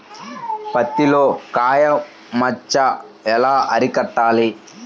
పత్తిలో కాయ మచ్చ ఎలా అరికట్టాలి?